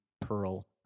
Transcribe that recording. pearl